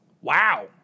Wow